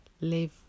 live